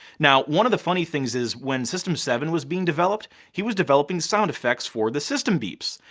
now, one of the funny things is when system seven was being developed, he was developing sound effects for the system beeps.